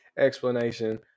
explanation